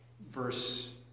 verse